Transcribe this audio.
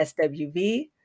SWV